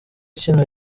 kino